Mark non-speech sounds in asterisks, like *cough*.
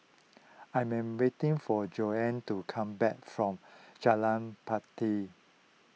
I am waiting for Jonna to come back from *noise* Jalan Batai